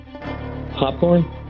Popcorn